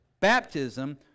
Baptism